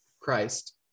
Christ